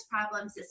problems